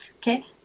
Okay